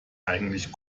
eigentlich